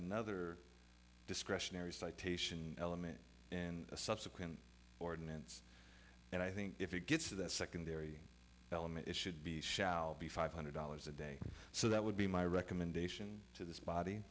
another discretionary citation element in a subsequent ordinance and i think if it gets to that secondary element it should be shall be five hundred dollars a day so that would be my recommendation to this